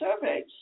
surveys